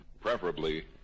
preferably